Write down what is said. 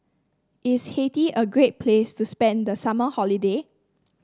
is Haiti a great place to spend the summer holiday